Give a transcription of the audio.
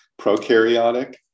prokaryotic